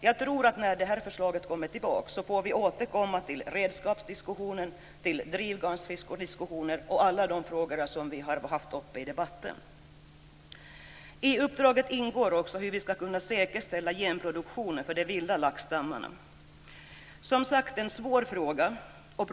Jag tror att vi när detta förslag kommer får återkomma till diskussionerna om redskap, om drivgarnsfiske och om alla de andra frågor vi har haft uppe i debatten. I uppdraget ingår också att se över hur vi skall kunna säkerställa genproduktionen för de vilda laxstammarna - en svår fråga, som sagt.